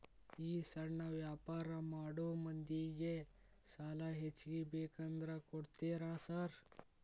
ಈ ಸಣ್ಣ ವ್ಯಾಪಾರ ಮಾಡೋ ಮಂದಿಗೆ ಸಾಲ ಹೆಚ್ಚಿಗಿ ಬೇಕಂದ್ರ ಕೊಡ್ತೇರಾ ಸಾರ್?